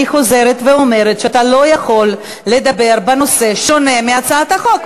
אני חוזרת ואומרת שאתה לא יכול לדבר בנושא שונה מהצעת החוק.